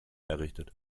errichtet